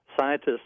scientists